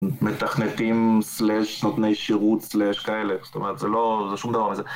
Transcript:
מתכנתים סלאש נותני שירות סלאש כאלה, זאת אומרת זה לא, זה שום דבר